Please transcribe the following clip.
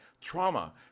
trauma